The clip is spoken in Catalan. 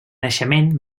naixement